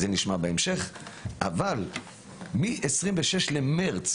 את זה נשמע בהמשך, אבל מה-26 במרץ